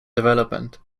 development